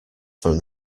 from